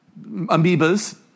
amoebas